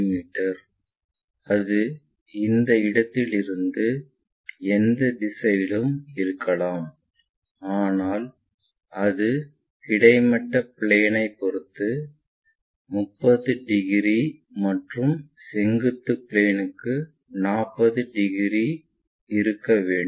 me அது அந்த இடத்திலிருந்து எந்த திசையிலும் இருக்கலாம் ஆனால் அது கிடைமட்ட பிளேன் பொருந்து 30 டிகிரி மற்றும் செங்குத்து பிளேன்ற்கு 40 டிகிரி இருக்க வேண்டும்